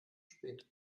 spät